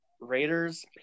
Raiders